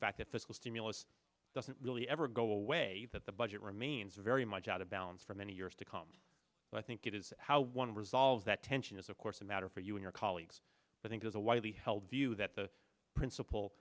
fact that this will stimulus doesn't really ever go away that the budget remains very much out of balance for many years to come but i think it is how one resolves that tension is of course a matter for you and your colleagues i think is a widely held view that the principal